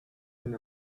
and